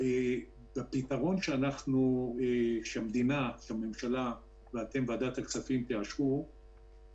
הפתרון שהממשלה תיתן ואתם בוועדת הכספים תאשרו